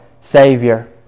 Savior